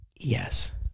Yes